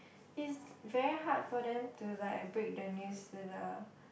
is very hard for them to like break the news to the